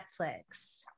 Netflix